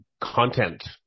content